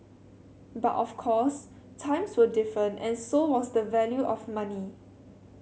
but of course times were different and so was the value of money